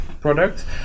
product